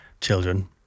children